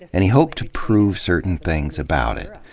and he hoped to prove certain things about it.